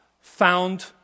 found